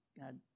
God